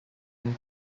and